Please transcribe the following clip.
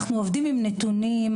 אנחנו עובדים עם נתונים.